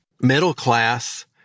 middle-class